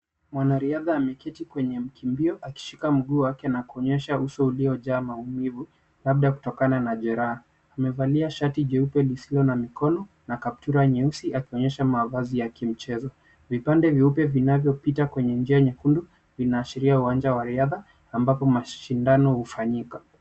Mwanariadha ameketi kwenye mkimbio akishika mguu wake na kuonyesha uso uliojaa maumivu, labda kutokana na jeraha. Amevalia shati jeupe lisilo na mikono na kaptura nyeusi, akionyesha mavazi ya kimchezo. Vipande vyeupe vinavyopita kwenye njia nyekundu vinaashiria uwanja wa riadha ambapo mashindano hufanyika.